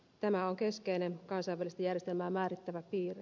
tämä on keskeinen kansainvälistä järjestelmää määrittävä piirre